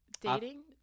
Dating